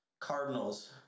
Cardinals